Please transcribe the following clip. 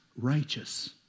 righteous